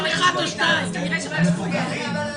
סליחה,